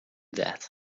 that